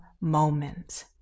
moment